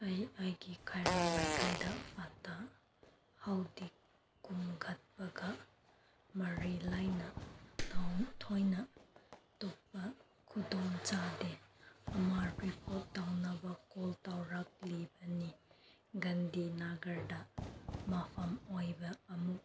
ꯑꯩ ꯑꯩꯒꯤ ꯀꯩꯔꯣꯜ ꯂꯩꯀꯥꯏꯗ ꯐꯠꯇ ꯍꯥꯎꯗꯤ ꯈꯣꯝꯒꯠꯄꯒ ꯂꯩꯔꯤ ꯂꯩꯅꯅ ꯇꯣꯏꯅ ꯊꯣꯛꯄ ꯈꯨꯗꯣꯡ ꯆꯥꯗꯦ ꯑꯃ ꯔꯤꯄꯣꯔꯠ ꯇꯧꯅꯕ ꯀꯣꯜ ꯇꯧꯔꯛꯂꯤꯕꯅꯤ ꯒꯥꯟꯙꯤꯅꯒ꯭ꯔꯗ ꯃꯐꯝ ꯑꯣꯏꯕ ꯑꯃꯣꯠ